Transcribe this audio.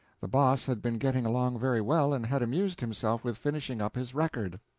the boss had been getting along very well, and had amused himself with finishing up his record.